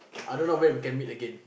I don't know when can we meet again